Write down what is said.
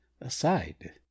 aside